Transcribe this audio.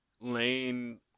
lane